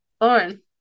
Lauren